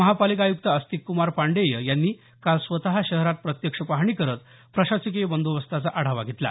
महापालिका आयुक्त अस्तिक कुमार पाण्डेय यांनी काल स्वत शहरात प्रत्यक्ष पाहणी करत प्रशासकीय बंदोबस्ताचा आढावा घेतला